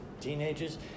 teenagers